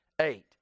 eight